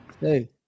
Hey